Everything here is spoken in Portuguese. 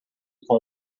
com